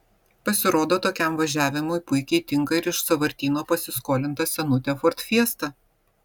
pasirodo tokiam važiavimui puikiai tinka ir iš sąvartyno pasiskolinta senutė ford fiesta